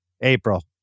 April